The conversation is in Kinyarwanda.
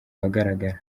ahagaragara